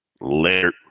Later